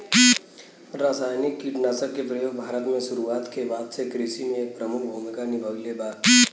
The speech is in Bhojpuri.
रासायनिक कीटनाशक के प्रयोग भारत में शुरुआत के बाद से कृषि में एक प्रमुख भूमिका निभाइले बा